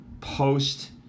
post